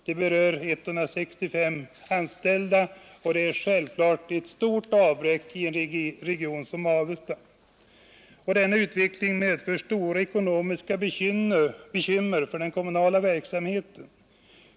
Därvid berörs 165 anställda, och det är självfallet ett stort avbräck i en region som Avesta. Denna utveckling medför stora ekonomiska bekymmer för den kommunala verksamheten.